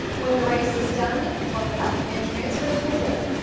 when the rice is done, fluff it up and transfer it to a bowl.